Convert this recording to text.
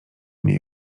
mnie